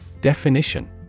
Definition